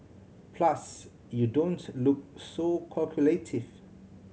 plus you don't look so calculative